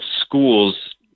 schools